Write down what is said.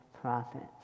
prophets